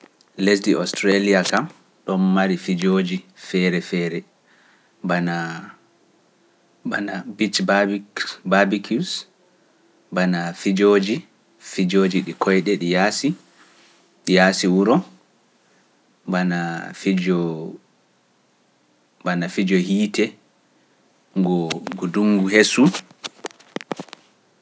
Lesdi Australia kam ɗo mari fijoji feere feere, bana bici barbicues, bana fijoji, fijoji ɗi koyɗe ɗi yaasi, yaasi wuro, bana fijo hite ngu ngu ndungu hessu.